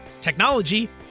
technology